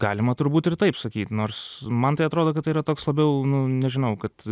galima turbūt ir taip sakyt nors man tai atrodo kad tai yra toks labiau nu nežinau kad